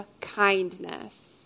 kindness